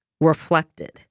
reflected